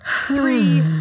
three